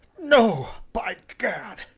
no, by gad!